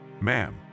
Ma'am